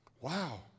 Wow